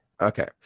Okay